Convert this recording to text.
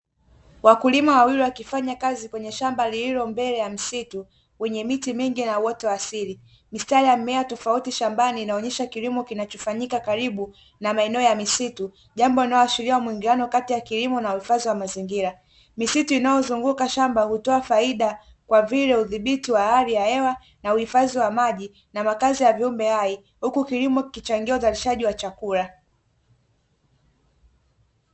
Wakulima wawili, wakifanya kazi kwenye shamba lililo mbele ya msitu wenye miti mingi na uoto wa asili. Mistari ya mimea tofauti shambani inaonyesha kilimo kinachofanyika karibu na maeneo ya msitu, jambo linaloashiria muingiliano kati ya kilimo na uhifadhi wa mazingira. Misitu inayozunguka shamba hutoa faida kwa vile hudhibiti wa hali ya hewa na uhifadhi wa maji na makazi ya viumbe hai, huku kilimo kikichangia uzalishaji wa chakula.